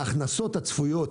ההכנסות הצפויות